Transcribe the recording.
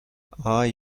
آهای